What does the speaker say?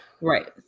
Right